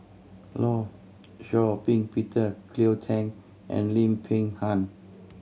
Law Shau Ping Peter Cleo Thang and Lim Peng Han